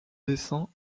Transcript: dessin